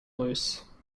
loose